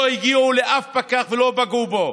לא הגיעו לאף פקח ולא פגעו בו.